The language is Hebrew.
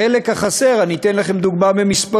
החלק החסר, אני אתן לכם דוגמה במספרים.